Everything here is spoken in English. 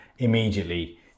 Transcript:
immediately